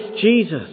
Jesus